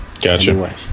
Gotcha